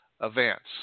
events